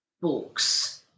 books